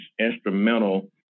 instrumental